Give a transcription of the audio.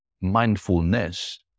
mindfulness